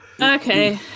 Okay